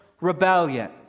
rebellion